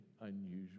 unusual